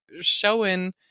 showing